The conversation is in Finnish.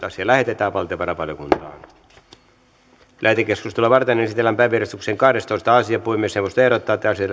asia lähetetään valtiovarainvaliokuntaan lähetekeskustelua varten esitellään päiväjärjestyksen kahdestoista asia puhemiesneuvosto ehdottaa että asia